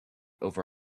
over